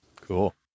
Cool